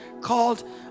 called